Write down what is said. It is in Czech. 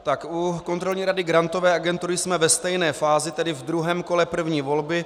Tak u Kontrolní rady Grantové agentury jsme ve stejné fázi, tedy v druhém kole první volby.